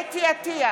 חוה אתי עטייה,